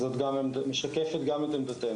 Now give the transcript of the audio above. היא משקפת גם את עמדתנו.